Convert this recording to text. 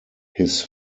his